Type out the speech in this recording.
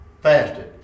fasted